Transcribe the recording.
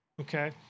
okay